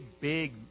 big